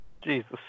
Jesus